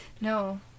No